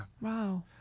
Wow